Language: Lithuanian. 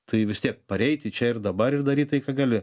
tai vis tiek pareiti čia ir dabar ir daryt tai ką gali